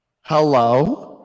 Hello